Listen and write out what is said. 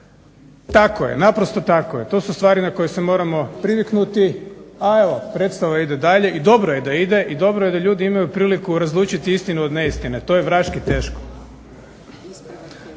tako je, naprosto tako je. To su stvari na koje se moramo priviknuti, a evo predstava ide dalje i dobro je da ide i dobro je da ljudi imaju priliku razlučiti istinu od neistine. To je vraški teško.